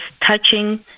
touching